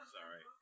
Sorry